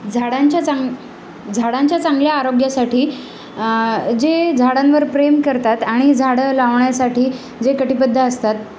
झाडांच्या चांग झाडांच्या चांगल्या आरोग्यासाठी जे झाडांवर प्रेम करतात आणि झाडं लावण्यासाठी जे कटिबद्ध असतात